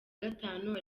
gatanu